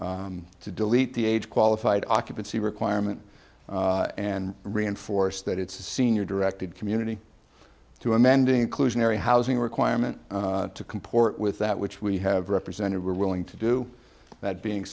dense to delete the age qualified occupancy requirement and reinforce that it's a senior directed community to amending inclusionary housing requirement to comport with that which we have represented were willing to do that being